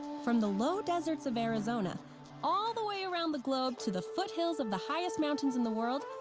from the low deserts of arizona all the way around the globe to the foothills of the highest mountains in the world,